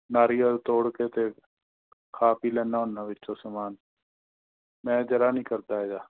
ਨਾਰੀਅਲ ਤੋੜ ਕੇ ਅਤੇ ਖਾ ਪੀ ਲੈਂਦਾ ਹੁੰਦਾ ਵਿੱਚੋਂ ਸਮਾਨ ਮੈਂ ਜ਼ਰਾ ਨਹੀਂ ਕਰਦਾ ਹੈਗਾ